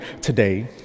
today